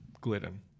Glidden